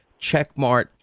checkmark